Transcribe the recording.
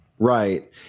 Right